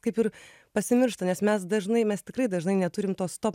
kaip ir pasimiršta nes mes dažnai mes tikrai dažnai neturim to stop